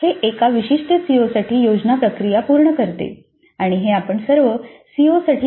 तर हे एका विशिष्ट सीओसाठी योजना प्रक्रिया पूर्ण करते आणि हे आपण सर्व सीओसाठी केले पाहिजे